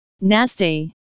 Nasty